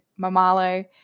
Mamalo